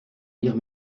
lire